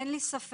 אין לי ספק